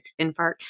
infarct